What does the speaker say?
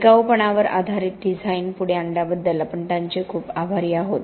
टिकाऊपणावर आधारित डिझाइन पुढे आणल्याबद्दल आपण त्यांचे खूप आभारी आहोत